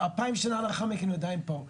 אלפיים שנה לאחר מכן הוא עדיין פה.